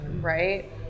right